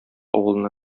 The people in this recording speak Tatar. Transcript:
авылына